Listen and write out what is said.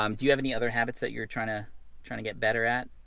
um do you have any other habits that you're trying to trying to get better at?